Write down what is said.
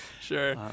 Sure